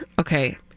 okay